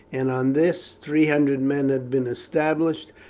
and on this three hundred men had been established,